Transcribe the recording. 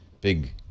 big